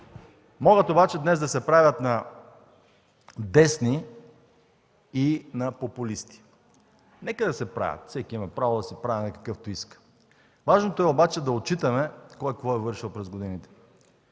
Могат обаче днес да се правят на десни и на популисти. Нека да се правят. Всеки има право да се прави на какъвто иска. Важното е обаче да отчитаме кой какво е вършил през годините.